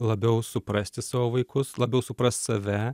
labiau suprasti savo vaikus labiau suprast save